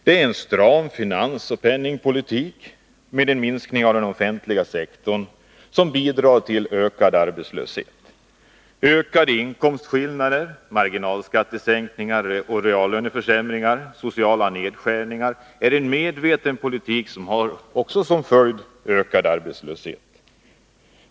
Det är en stram finansoch penningpolitik med en minskning av den offentliga sektorn som bidrar till ökad arbetslöshet. Ökade inkomstskillnader, marginalskattesänkningar, reallöneförsämringar och sociala nedskärningar är en medveten politik som också har som följd ökad arbetslöshet.